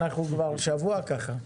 אנחנו כבר שבוע ככה,